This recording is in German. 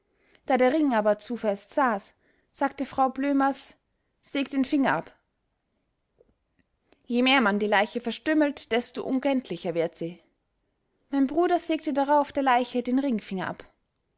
da der ring aber zu fest saß sagte frau blömers sägt den finger ab je mehr man die leiche verstümmelt desto unkenntlicher wird sie mein bruder sägte darauf der leiche den ringfinger ab